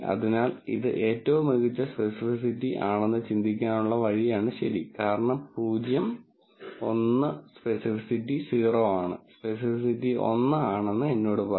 അതിനാൽ ഇത് ഏറ്റവും മികച്ച സ്പെസിഫിസിറ്റി ആണെന്ന് ചിന്തിക്കാനുള്ള വഴിയാണ് ശരി കാരണം 0 1 സ്പെസിഫിറ്റി 0 ആണ് സ്പെസിഫിറ്റി 1 ആണെന്ന് എന്നോട് പറയും